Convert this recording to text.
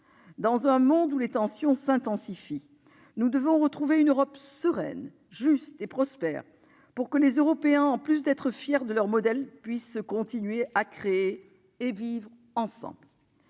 nous avons besoin d'une Europe forte. Nous devons retrouver une Europe sereine, juste et prospère, pour que les Européens, en plus de tirer fierté de leur modèle, puissent continuer à créer et vivre ensemble.